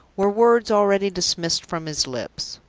were words already dismissed from his lips.